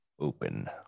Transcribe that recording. Open